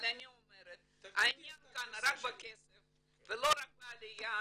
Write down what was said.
אבל אני אומרת שהעניין כאן הוא רק בכסף ולא רק בעליה,